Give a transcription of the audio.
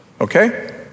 okay